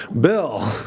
Bill